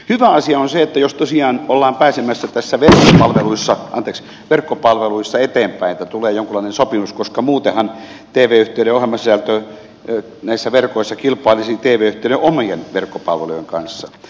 hyvä asia on se jos tosiaan ollaan pääsemässä näissä verkkopalveluissa eteenpäin että tulee jonkunlainen sopimus koska muutenhan tv yhtiöiden ohjelmasisältö näissä verkoissa kilpailisi tv yhtiöiden omien verkkopalveluiden kanssa